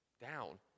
down